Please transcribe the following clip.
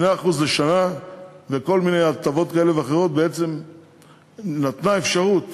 2% לשנה וכל מיני הטבות כאלה ואחרות, נתנה אפשרות